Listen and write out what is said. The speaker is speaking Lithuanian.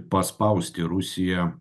paspausti rusiją